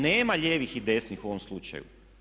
Nema lijevih i desnih u ovom slučaju.